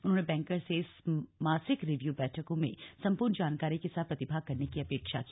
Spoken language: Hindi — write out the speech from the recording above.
उन्होंने बैंकर्स से इन मासिक रिव्यू बैठकों में सम्पूर्ण जानकारी के साथ प्रतिभाग करने की अपेक्षा की